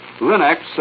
Linux